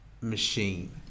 machine